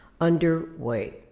underway